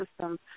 systems